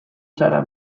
zara